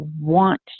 want